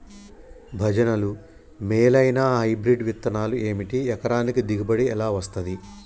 భజనలు మేలైనా హైబ్రిడ్ విత్తనాలు ఏమిటి? ఎకరానికి దిగుబడి ఎలా వస్తది?